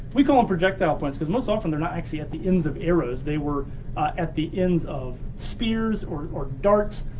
we call them um projectile points cause most often they're not actually at the ends of arrows, they were at the ends of spears or or darts.